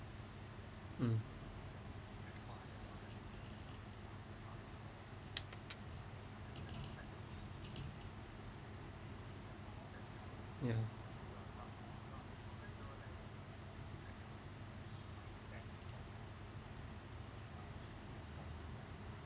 mm ya